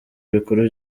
bikuru